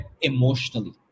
emotionally